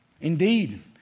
Indeed